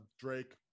drake